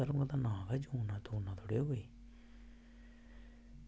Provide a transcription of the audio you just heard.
धर्म दा नांऽ ई जोड़ना तोड़ना थोह्ड़े कोई